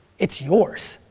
it's yours.